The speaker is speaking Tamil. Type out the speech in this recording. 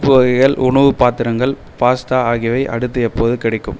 பருப்பு வகைகள் உணவு பாத்திரங்கள் பாஸ்தா ஆகியவை அடுத்து எப்போது கிடைக்கும்